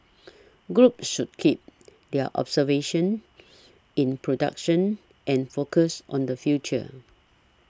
groups should keep their observances in production and focused on the future